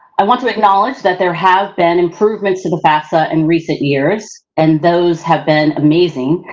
i want to acknowledge that there have been improvements to the fafsa in recent years, and those have been amazing.